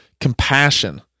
compassion